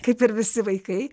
kaip ir visi vaikai